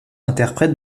interprète